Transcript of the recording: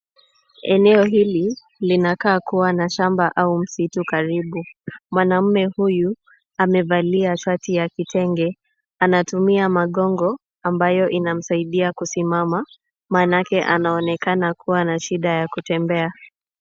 Eneo hili linakaa kuwa na shamba au msitu karibu. Mwanaume huyu amevalia shati ya kitenge. Anatumia magongo ambayo inamsaidia kusimama manake anaonekana kuwa na shida ya kutembea.